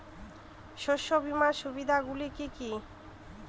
শস্য বীমার সুবিধা গুলি কি কি?